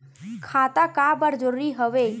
खाता का बर जरूरी हवे?